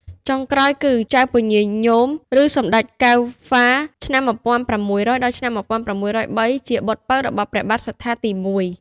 ចុងក្រោយគឺ ចៅពញាញោម ឬសម្ដេចកែវហ្វា (ឆ្នាំ ១៦០០-១៦០៣) ជាបុត្រពៅរបស់ព្រះបាទសត្ថាទី១។